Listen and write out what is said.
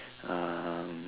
um